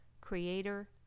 creator